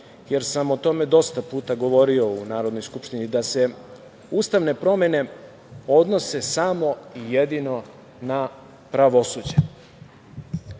jer sam o tome dosta puta govorio u Narodnoj skupštini, da se ustavne promene odnose samo i jedino na pravosuđe.